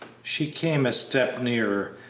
she came a step nearer,